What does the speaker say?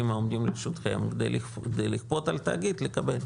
העומדים לרשותכם כדי לכפות על תאגיד לקבל?